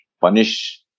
punish